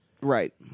Right